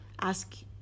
ask